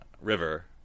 River